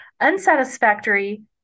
Unsatisfactory